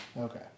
Okay